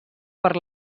per